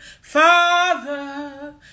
father